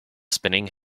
spinning